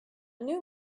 new